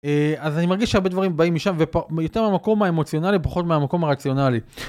אז אני מרגיש שהרבה דברים באים משם ויותר המקום האמוציונלי פחות מהמקום הרציונלי.